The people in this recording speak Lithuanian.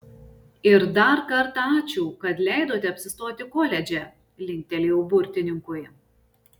ir dar kartą ačiū kad leidote apsistoti koledže linktelėjau burtininkui